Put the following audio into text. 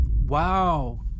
Wow